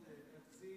למה לא מדויק?